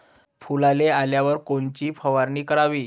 फुलाले आल्यावर कोनची फवारनी कराव?